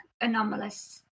anomalous